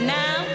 now